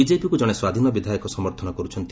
ବିଜେପିକୁ ଜଣେ ସ୍ୱାଧୀନ ବିଧାୟକ ସମର୍ଥନ କରୁଛନ୍ତି